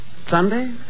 Sunday